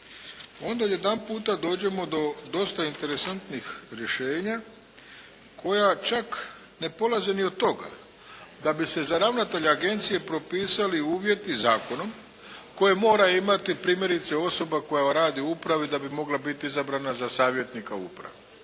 onda odjedanputa dođemo do dosta interesantnih rješenja koja čak ne polaze ni od toga da bi se za ravnatelja agencije propisali uvjeti zakonom koje mora imati primjerice osoba koja radi u upravi da bi mogla biti izabrana za savjetnika uprave.